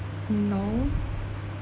no